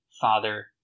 father